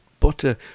butter